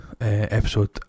episode